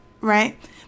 right